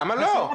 בשלב --- למה לא?